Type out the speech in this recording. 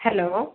hello